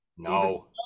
No